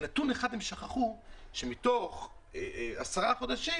הם רק שכחו נתון אחד: שמתוך עשרה חודשים,